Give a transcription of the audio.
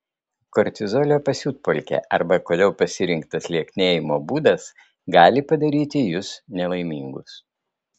kortizolio pasiutpolkė arba kodėl pasirinktas lieknėjimo būdas gali padaryti jus nelaimingus